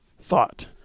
thought